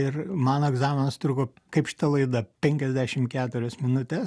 ir man egzaminas truko kaip šita laida penkiasdešim keturias minutes